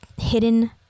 hidden